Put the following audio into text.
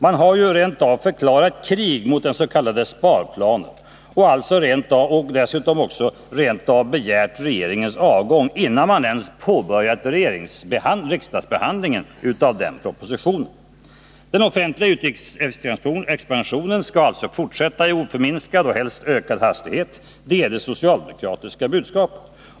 Man har ju rent av förklarat krig mot den s.k. sparplanen och dessutom också begärt regeringens avgång innan man ens påbörjat riksdagsbehandlingen av den propositionen. Den offentliga utgiftsexpansionen skall alltså fortsätta med oförminskad och helst ökad hastighet — det är det socialdemokratiska budskapet.